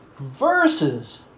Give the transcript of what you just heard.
Versus